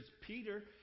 Peter